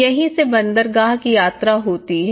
यहीं से बंदरगाह की यात्रा होती है